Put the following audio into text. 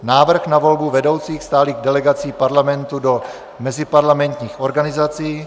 Návrh na volbu vedoucích stálých delegací Parlamentu do meziparlamentních organizací;